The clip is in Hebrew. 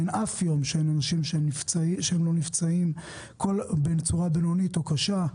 ואין אף יום שאין אנשים שלא נפצעים בצורה בינונית או קשה.